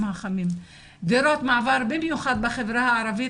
החמים - דירות מעבר במיוחד בחברה הערבית,